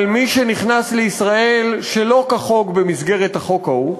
על מי שנכנס לישראל שלא כחוק, במסגרת החוק ההוא,